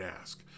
ask